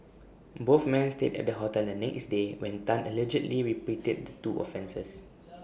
both men stayed at the hotel the next day when Tan allegedly repeated the two offences